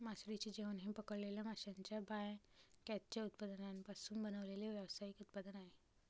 मासळीचे जेवण हे पकडलेल्या माशांच्या बायकॅचच्या उत्पादनांपासून बनवलेले व्यावसायिक उत्पादन आहे